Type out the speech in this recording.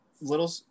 little